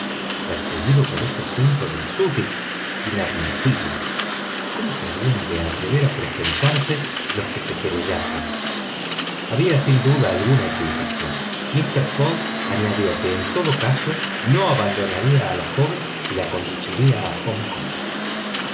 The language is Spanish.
perseguido por ese asunto del sutty inadmisible cómo se habían de atrever a presentarse los que se querellasen había sin duda alguna equivocación mister fogg añadió que en todo caso no abandonaría a la joven y la conduciría a hong kong